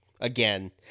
Again